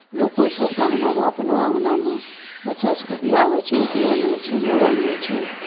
लोकोसभके अङनामे अपनो अङनामे बच्चासभके ब्याह होइ छै उपनयन होइ छै मूड़न होइ छै